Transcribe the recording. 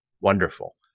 wonderful